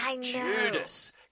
Judas